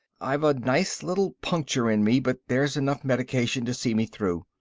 i've a nice little puncture in me, but there's enough medication to see me through.